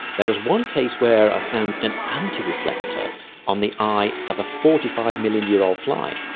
there was one case where i found an anti-reflector on the eye of a forty five million year old fly.